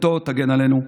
זכותו תגן עלינו,